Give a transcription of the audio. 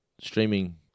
Streaming